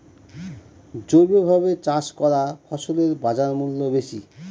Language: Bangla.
জৈবভাবে চাষ করা ফসলের বাজারমূল্য বেশি